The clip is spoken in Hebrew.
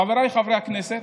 חבריי חברי הכנסת,